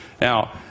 Now